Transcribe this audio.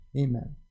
Amen